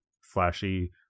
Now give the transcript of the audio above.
flashy